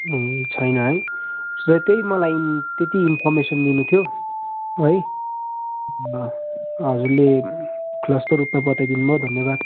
ए छैन है र त्यही मलाई त्यति इन्फर्मेसन लिनु थियो है हजुरले खुलस्त रूपले बताइदिनुभयो धन्यवाद